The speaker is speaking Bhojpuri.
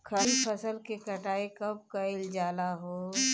खरिफ फासल के कटाई कब कइल जाला हो?